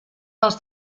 dels